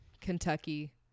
Kentucky